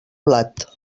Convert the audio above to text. blat